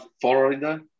Florida